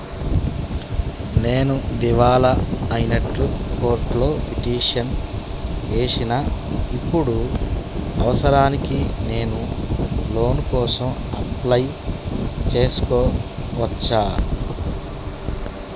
నేను దివాలా అయినట్లు కోర్టులో పిటిషన్ ఏశిన ఇప్పుడు అవసరానికి నేను లోన్ కోసం అప్లయ్ చేస్కోవచ్చా?